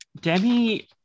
Demi